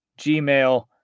Gmail